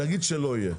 נאמר שלא יהיה.